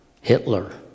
Hitler